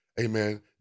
amen